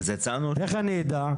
איך אני אדע?